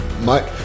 Mike